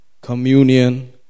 communion